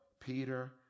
Peter